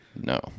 No